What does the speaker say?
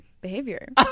behavior